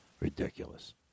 Ridiculous